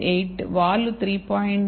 8 వాలు 3